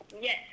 Yes